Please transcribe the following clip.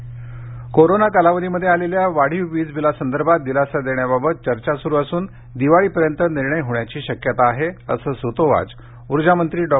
वीजबिल कोरोना कालावधीमध्ये आलेल्या वाढीव वीज बिलांसंदर्भात दिलासा देण्याबाबत चर्चा सुरु असून दिवाळीपर्यंत निर्णय होण्याची शक्यता आहे असं सूतोवाच ऊर्जामंत्री डॉ